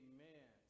Amen